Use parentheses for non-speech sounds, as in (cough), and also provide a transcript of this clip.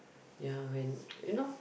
ya when (noise) you know